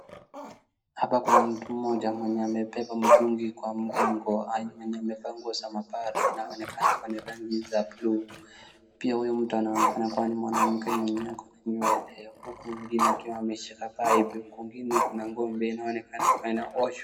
Hapa kuna mtu mmoja mwenye amebeba mtungi kwa mgongo mwenye amevaa nguo za mapara inaonekana kuwa ni rangi za bluu. Pia huyo mtu anaonekana kuwa ni mwanamke mwenye ako na nywele, huku mwingine akiwa ameshika paipu. Kwingine kuna nguo ambayo inayoonekana kuwa inaoshwa.